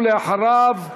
אחריו,